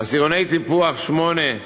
עשירון טיפוח 8,